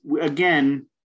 again